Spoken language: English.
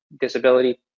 disability